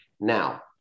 Now